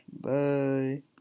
bye